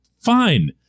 fine